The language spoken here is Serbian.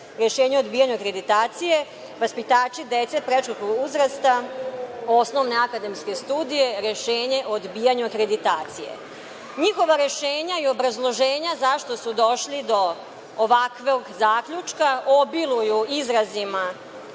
rešenje o odbijanju akreditacije, vaspitači dece predškolskog uzrasta, osnovne akademske studije - rešenje o odbijanju akreditacije. Njihova rešenja i obrazloženja zašto su došli do ovakvog zaključka obiluju izrazima